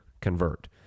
convert